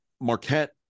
Marquette